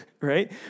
right